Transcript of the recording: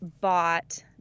bought